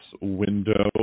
window